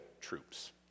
Troops